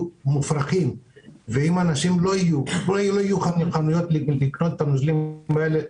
מופרכים ולא יהיו את החנויות לקנות את הנוזלים האלה,